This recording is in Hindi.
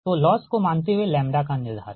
तो लॉस को मानते हुए लैम्ब्डा का निर्धारण